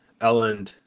Ellen